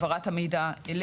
כן.